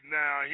now